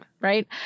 Right